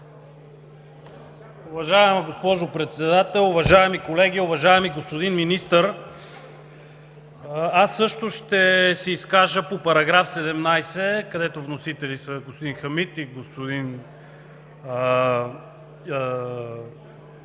Уважаема госпожо Председател, уважаеми колеги, уважаеми господин Министър! Аз също ще се изкажа по § 17, където вносители са господин Хамид и господин